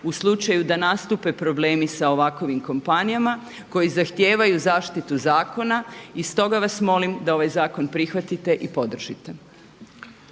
u slučaju da nastupe problemi sa ovakovim kompanijama koji zahtijevaju zaštitu zakona. I stoga vas molim da ovaj zakon prihvatite i podržite.